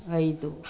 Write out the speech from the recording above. ಐದು